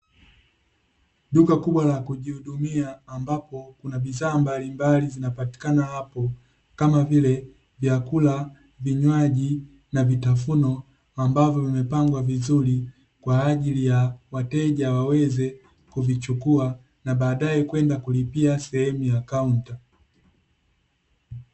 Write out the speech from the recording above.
Duka kubwa la kujihudumia, ambapo kuna bidhaa mbalimbali zinapatikana hapo; kama vile vyakula, vinywaji, na vitafuno ambavyo vimepangwa vizuri kwa ajili ya wateja waweze kuvichukua, na baadae kwenda kulipia sehemu ya kaunta.